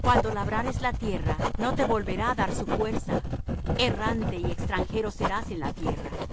cuando labrares la tierra no te volverá á dar su fuerza errante y extranjero serás en la tierra